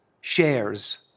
shares